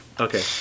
Okay